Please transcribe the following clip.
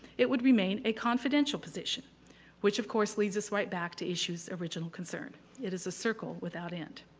it would remain a confidential position which of course leads us right back to issu's original concern. it is a circle without end.